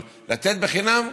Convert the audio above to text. אבל לתת חינם,